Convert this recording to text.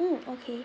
mm okay